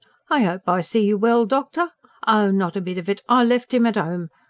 i hope i see you well, doctor oh, not a bit of it. i left him at ome.